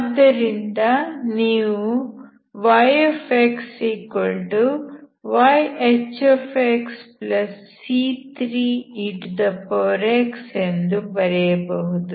ಆದ್ದರಿಂದ ನೀವು yxyHxc3ex ಎಂದು ಬರೆಯಬಹುದು